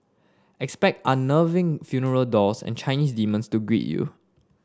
expect unnerving funeral dolls and Chinese demons to greet you